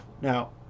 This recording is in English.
Now